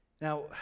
Now